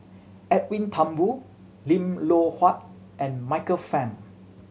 Edwin Thumboo Lim Loh Huat and Michael Fam